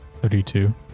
32